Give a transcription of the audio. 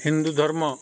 ହିନ୍ଦୁ ଧର୍ମ